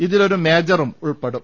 ഇതിലൊരു മേജറും ഉൾപ്പെടും